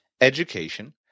education